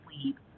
sleep